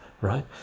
right